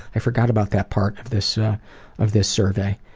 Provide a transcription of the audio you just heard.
i forgot about that part of this of this survey.